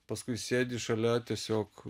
paskui sėdi šalia tiesiog